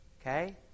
Okay